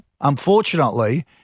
unfortunately